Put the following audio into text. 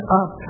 up